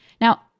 Now